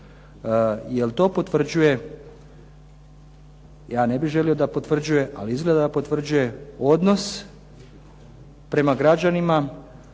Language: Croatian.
jer to potvrđuje, ja ne bih želio da potvrđuje, ali izgleda da potvrđuje odnos prema građanima,